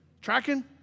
Tracking